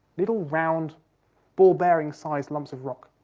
little round ball-bearing size lumps of rock.